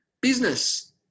business